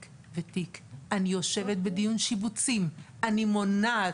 ותיק; אני יושבת בדיון שיבוצים; אני מונעת,